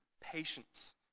patience